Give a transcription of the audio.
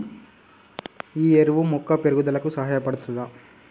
ఈ ఎరువు మొక్క పెరుగుదలకు సహాయపడుతదా?